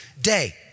day